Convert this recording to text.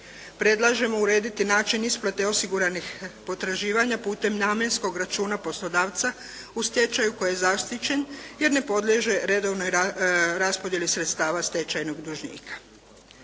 predlažemo urediti način isplate osiguranih potraživanja putem namjenskog računa poslodavca u stečaju koji je zaštićen, jer ne podliježe redovnoj raspodjeli sredstava stečajnog dužnika.